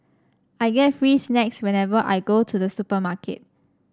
I get free snacks whenever I go to the supermarket